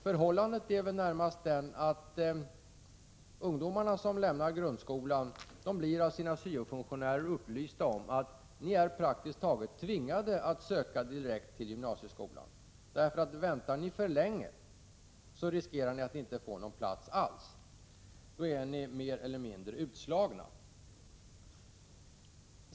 Förhållandet är väl närmast det att ungdomarna som lämnar grundskolan blir av sina syofunktionärer upplysta om att de är praktiskt taget tvingade att söka direkt till gymnasieskolan. Om de väntar för länge riskerar de att inte få någon plats alls. Då är de mer eller mindre utslagna.